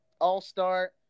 all-star